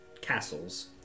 castles